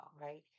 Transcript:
right